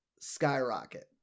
skyrocket